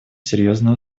серьезные